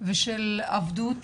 ושל עבדות,